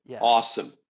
awesome